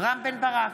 רם בן ברק,